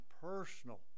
personal